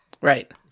Right